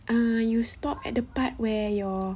err you stop at the part where your